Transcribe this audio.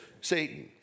Satan